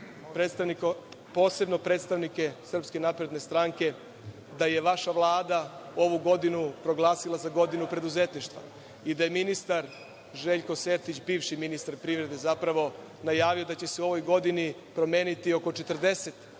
posebno predstavnike SNS stranke, da je vaša Vlada ovu godinu proglasila za godinu preduzetništva i da je ministar Željko Sertić, bivši ministar privrede zapravo, najavio da će se u ovoj godini promeniti oko 40